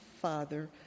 Father